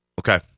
Okay